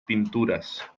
pinturas